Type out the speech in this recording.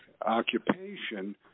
occupation